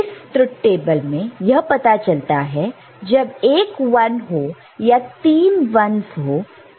इस truth table में यह पता चलता है कि जब एक 1 हो या 3 1's हो तो सम बिट 1 रहेगा